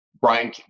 Brian